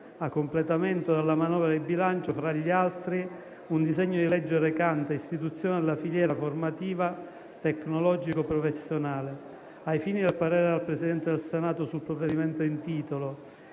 a completamento della manovra di bilancio, fra gli altri, un disegno di legge recante "Istituzione della filiera formativa tecnologico-professionale". Ai fini del parere al Presidente del Senato sul provvedimento in titolo,